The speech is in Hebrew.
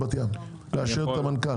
לאשר את המנכ"ל?